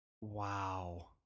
Wow